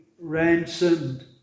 ransomed